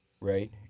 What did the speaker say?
right